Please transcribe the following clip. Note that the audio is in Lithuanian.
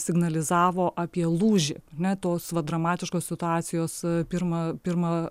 signalizavo apie lūžį ar ne tos va dramatiškos situacijos pirmą pirmą